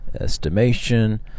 estimation